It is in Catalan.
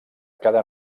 cada